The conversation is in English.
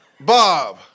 Bob